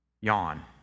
yawn